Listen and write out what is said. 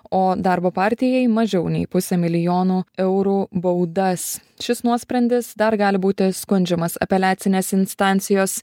o darbo partijai mažiau nei pusę milijonų eurų baudas šis nuosprendis dar gali būti skundžiamas apeliacinės instancijos